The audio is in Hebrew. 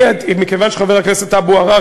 מכיוון שחבר הכנסת אבו עראר,